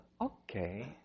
Okay